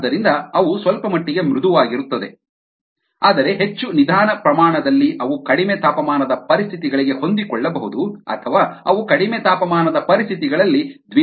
ಆದ್ದರಿಂದ ಅವು ಸ್ವಲ್ಪಮಟ್ಟಿಗೆ ಮೃದುವಾಗಿರುತ್ತದೆ ಆದರೆ ಹೆಚ್ಚು ನಿಧಾನ ಪ್ರಮಾಣ ದಲ್ಲಿ ಅವು ಕಡಿಮೆ ತಾಪಮಾನದ ಪರಿಸ್ಥಿತಿಗಳಿಗೆ ಹೊಂದಿಕೊಳ್ಳಬಹುದು ಅಥವಾ ಅವು ಕಡಿಮೆ ತಾಪಮಾನದ ಪರಿಸ್ಥಿತಿಗಳಲ್ಲಿ ದ್ವಿಗುಣಗೊಳ್ಳಬಹುದು